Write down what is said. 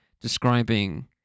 describing